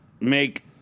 Make